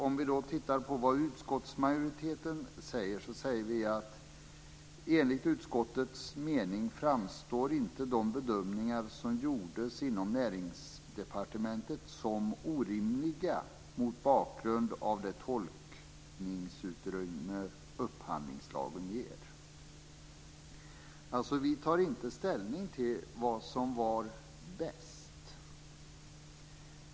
Om vi tittar på vad vi i utskottsmajoriteten säger finner vi uttalandet: "Enligt utskottets mening framstår inte de bedömningar som gjordes inom Näringsdepartementet som orimliga mot bakgrund av det tolkningsutrymme upphandlingslagen ger." Vi tar alltså inte ställning till vad som var bäst.